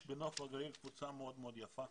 בנוף הגליל יש קבוצה מאוד מאוד יפה